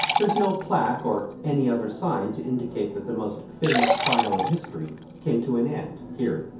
there's no plaque or any other sign to indicate that the most famous trial in history came to an end here.